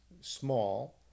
small